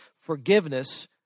forgiveness